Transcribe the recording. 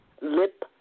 lip